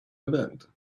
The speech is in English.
event